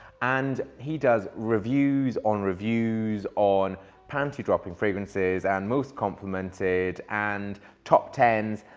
and he does reviews on reviews on panty-dropping fragrances and most complimented and top tens.